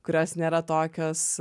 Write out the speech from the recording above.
kurios nėra tokios